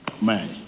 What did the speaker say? man